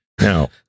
Now